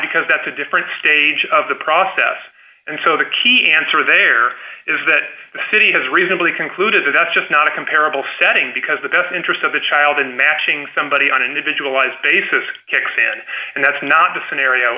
because that's a different stage of the process and so the key answer there is that the city has reasonably concluded that that's just not a comparable setting because the best interest of the child in matching somebody on a individualized basis kicks in and that's not the scenario